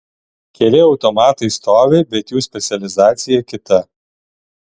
keli automatai stovi bet jų specializacija kita